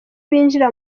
binjira